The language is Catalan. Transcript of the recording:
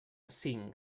cinc